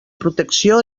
protecció